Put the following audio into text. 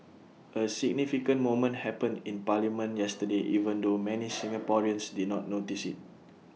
A significant moment happened in parliament yesterday even though many Singaporeans did not notice IT